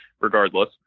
regardless